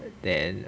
then